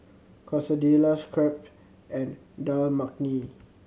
Quesadillas Crepe and Dal Makhani